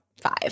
five